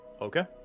Okay